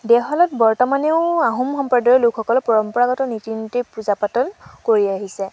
দেওশালত বৰ্তমানেও আহোম সম্প্ৰদায়ৰ লোকসকলে পৰম্পৰাগত ৰীতি নীতি পূজা পাতল কৰি আহিছে